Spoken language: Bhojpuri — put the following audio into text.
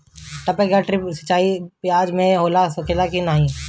टपक या ड्रिप सिंचाई प्याज में हो सकेला की नाही?